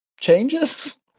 changes